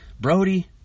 Brody